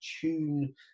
tune